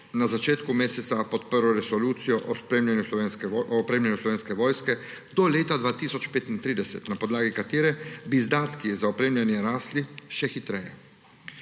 na začetku meseca podprl resolucijo o opremljanju Slovenske vojske do leta 2035, na podlagi katere bi izdatki za opremljanje rasli še hitreje.